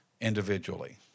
individually